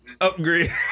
upgrade